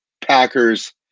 Packers